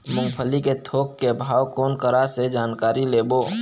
मूंगफली के थोक के भाव कोन करा से जानकारी लेबो?